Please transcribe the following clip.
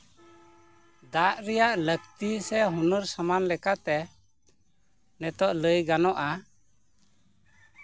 ᱫᱟᱜ ᱨᱮᱭᱟᱜ ᱞᱟᱹᱠᱛᱤ ᱥᱮ ᱦᱩᱱᱟᱹᱨ ᱥᱟᱢᱟᱱ ᱞᱮᱠᱟᱛᱮ ᱱᱤᱛᱳᱜ ᱞᱟᱹᱭ ᱜᱟᱱᱚᱜᱼᱟ